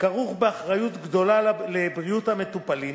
כרוך באחריות גדולה לבריאות המטופלים